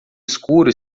escuro